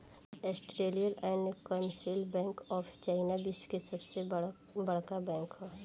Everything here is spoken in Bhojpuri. industrial and Commercial Bank of China विश्व की सबसे बड़का बैंक ह